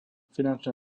finančné